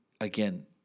Again